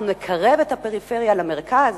אנחנו נקרב את הפריפריה למרכז,